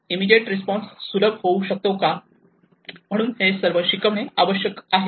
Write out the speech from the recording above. immediate response सुलभ होऊ शकतो म्हणून हे सर्व शिकविणे आवश्यक आहे